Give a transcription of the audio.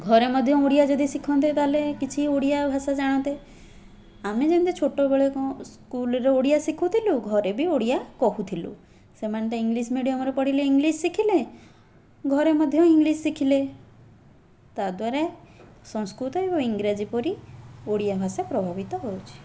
ଘରେ ମଧ୍ୟ ଓଡ଼ିଆ ଯଦି ଶିଖନ୍ତେ ତାହେଲେ କିଛି ଓଡ଼ିଆ ଭାଷା ଜାଣନ୍ତେ ଆମେ ଯେମତି ଛୋଟବେଳେ କ'ଣ ସ୍କୁଲରେ ଓଡ଼ିଆ ଶିଖୁଥିଲୁ ଘରେ ବି ଓଡ଼ିଆ କହୁଥିଲୁ ସେମାନେ ତ ଇଂଲିଶ୍ ମିଡ଼ିୟମରେ ପଢ଼ିଲେ ଇଂଲିଶ୍ ଶିଖିଲେ ଘରେ ମଧ୍ୟ ଇଂଲିଶ୍ ଶିଖିଲେ ତା'ଦ୍ୱାରା ସଂସ୍କୃତ ଓ ଇଂରାଜୀ ପରି ଓଡ଼ିଆ ଭାଷା ପ୍ରଭାବିତ ହେଉଛି